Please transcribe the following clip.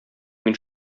мин